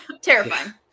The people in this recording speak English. terrifying